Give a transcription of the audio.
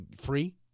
free